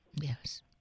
Yes